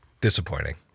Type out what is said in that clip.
Disappointing